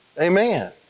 Amen